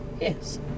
Yes